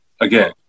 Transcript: again